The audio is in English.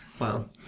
Wow